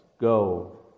Go